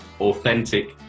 authentic